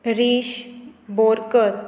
Harish Borkar